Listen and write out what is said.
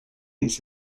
its